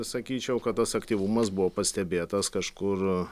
sakyčiau kad tas aktyvumas buvo pastebėtas kažkur